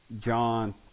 John